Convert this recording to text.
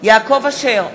יעקב אשר,